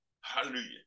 Hallelujah